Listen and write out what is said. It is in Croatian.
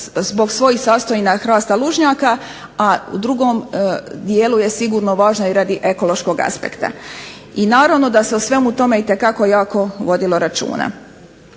zbog svojih sastavina hrasta lužnjaka, a u drugom dijelu je sigurno važna i radi ekološkog aspekta i naravno da se o svemu tome itekako jako vodilo računa.